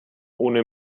ohne